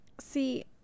see